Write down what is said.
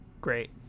great